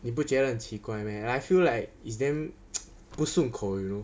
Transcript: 你不觉得很奇怪 meh I feel like it's damn 不顺口 you know